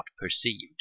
perceived